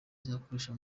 izakoresha